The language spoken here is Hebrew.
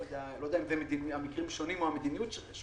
אני לא יודע אם המקרים שונים או המדיניות שונה.